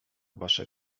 wasze